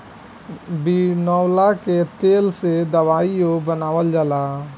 बिनौला के तेल से दवाईओ बनावल जाला